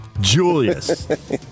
Julius